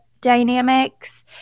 dynamics